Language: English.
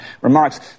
remarks